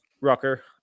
rucker